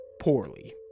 poorly